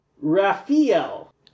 Raphael